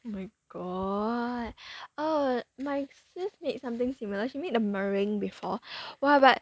my god oh my sis made something similar she made a meringue before !wah! but